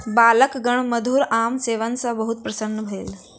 बालकगण मधुर आमक सेवन सॅ बहुत प्रसन्न भेल